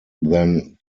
than